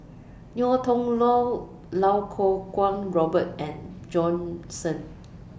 Ngiam Tong Dow Lau Kuo Kwong Robert and Bjorn Shen